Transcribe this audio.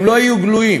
הם לא יהיו גלויים.